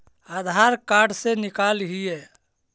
आधार card से निकाल हिऐ?